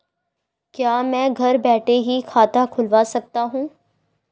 क्या मैं घर बैठे ही खाता खुलवा सकता हूँ?